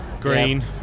green